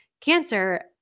cancer